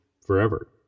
forever